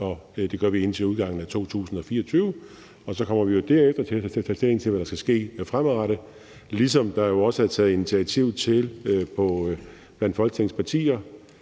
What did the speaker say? det gør vi indtil udgangen af 2024. Og så kommer vi derefter til at tage stilling til, hvad der skal ske fremadrettet, ligesom der jo også blandt Folketingets partier